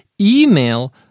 email